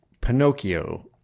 Pinocchio